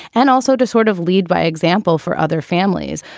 and also to sort of lead by example for other families.